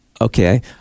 Okay